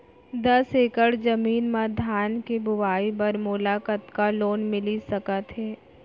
दस एकड़ जमीन मा धान के बुआई बर मोला कतका लोन मिलिस सकत हे?